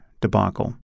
debacle